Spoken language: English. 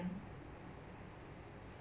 oh no okay okay